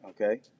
Okay